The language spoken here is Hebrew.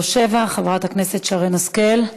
837, של חברת הכנסת שרן השכל: